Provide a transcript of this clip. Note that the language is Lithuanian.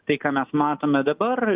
tai ką mes matome dabar